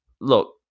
look